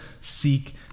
seek